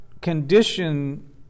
condition